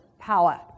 power